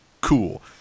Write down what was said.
Cool